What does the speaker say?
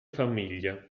famiglia